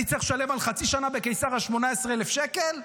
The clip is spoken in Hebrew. אני צריך לשלם על חצי שנה בקיסריה 18,000 שקל?